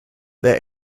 their